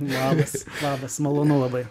labas labas malonu labai